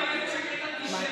גם איילת שקד אנטישמית,